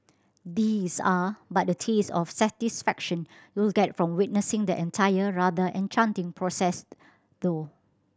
these are but a taste of satisfaction you'll get from witnessing the entire rather enchanting process though